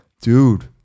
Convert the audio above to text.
Dude